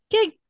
Okay